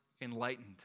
enlightened